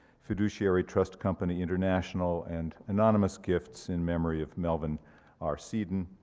fiduciary trust company international, and anonymous gifts in memory of melvin r. sedin,